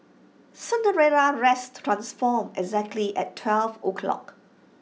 Cinderella's dress transformed exactly at twelve o'clock